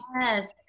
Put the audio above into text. Yes